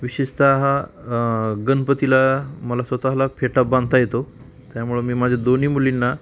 विशेषत गणपतीला मला स्वत ला फेटा बांधता येतो त्यामुळं मी माझ्या दोन्ही मुलींना